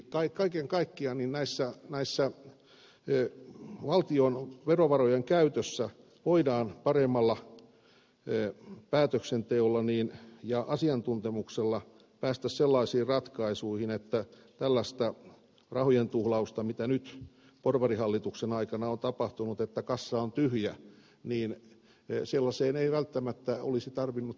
eli kaiken kaikkiaan tässä valtion verovarojen käytössä voidaan paremmalla päätöksenteolla ja asiantuntemuksella päästä sellaisiin ratkaisuihin että tällaiseen rahojen tuhlaukseen mitä nyt porvarihallituksen aikana on tapahtunut että kassa on tyhjä ei välttämättä olisi tarvinnut käytännössä mennä